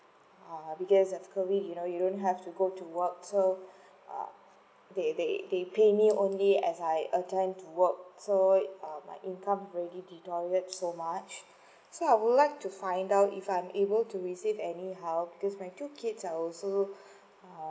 um because currently you know you don't have to go to work so they they they pay me only as I attend to work so uh my income already deteriorate so much so I would like to find out if I'm able to receive anyhow because my two kids are also um